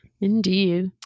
Indeed